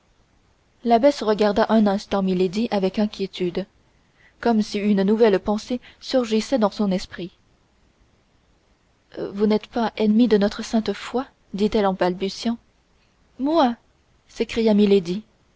l'abbesse regarda un instant milady avec inquiétude comme si une nouvelle pensée surgissait dans son esprit vous n'êtes pas ennemie de notre sainte foi dit-elle en balbutiant moi s'écria